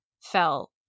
fell